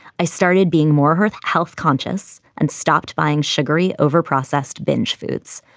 i started being more her health conscious and stopped buying sugary overprocessed binge foods.